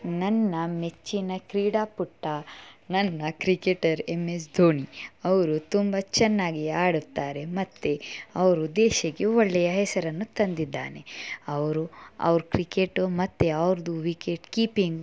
ನನ್ನ ಮೆಚ್ಚಿನ ಕ್ರೀಡಾಪಟು ನನ್ನ ಕ್ರಿಕೆಟರ್ ಎಂ ಎಸ್ ಧೋನಿ ಅವರು ತುಂಬ ಚೆನ್ನಾಗಿ ಆಡುತ್ತಾರೆ ಮತ್ತು ಅವರು ದೇಶಕ್ಕೆ ಒಳ್ಳೆಯ ಹೆಸರನ್ನು ತಂದಿದ್ದಾನೆ ಅವರು ಅವ್ರು ಕ್ರಿಕೆಟು ಮತ್ತು ಅವ್ರದ್ದು ವಿಕೆಟ್ ಕೀಪಿಂಗ್